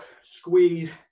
squeeze